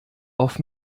auf